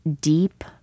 deep